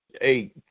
hey